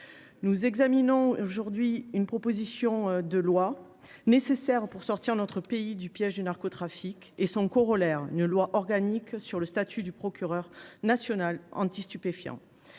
nous examinons aujourd’hui une proposition de loi nécessaire pour sortir notre pays du piège du narcotrafic. Son corollaire est une proposition organique fixant le statut du procureur national anti stupéfiants.